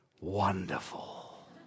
wonderful